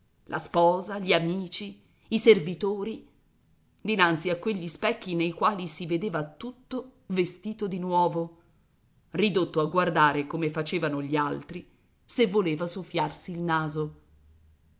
la sposa gli amici i servitori dinanzi a quegli specchi nei quali si vedeva tutto vestito di nuovo ridotto a guardare come facevano gli altri se voleva soffiarsi il naso